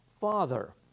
Father